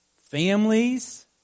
families